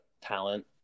talent